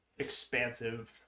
Expansive